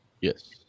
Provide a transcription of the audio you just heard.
Yes